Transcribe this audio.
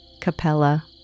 Capella